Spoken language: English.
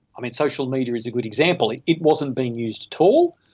i mean, social media is a good example, it wasn't being used at all,